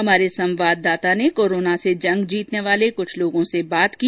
हमारे संवाददाता ने कोरोना से जंग जीतने वाले कुछ लोगों से बात की